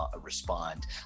respond